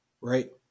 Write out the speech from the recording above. right